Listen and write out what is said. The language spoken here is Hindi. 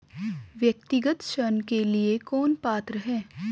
व्यक्तिगत ऋण के लिए कौन पात्र है?